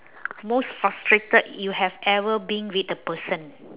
most frustrated you have ever been with a person